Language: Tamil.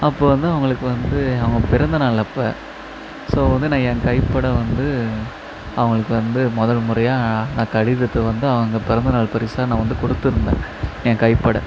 அப்போ வந்து அவங்களுக்கு வந்து அவங்க பிறந்தநாள் அப்போ ஸோ வந்து நான் என் கைப்பட வந்து அவங்களுக்கு வந்து முதல் முறையாக நான் கடிதத்தை வந்து அவங்க பிறந்த நாள் பரிசாக நான் வந்து கொடுத்துருந்தேன் என் கைப்பட